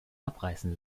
abreißen